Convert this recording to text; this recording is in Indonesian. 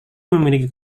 memiliki